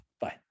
Bye